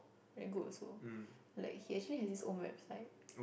very good also like he actually has his own website